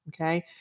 Okay